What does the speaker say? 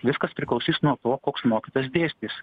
viskas priklausys nuo to koks mokytojas dėstys